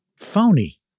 phony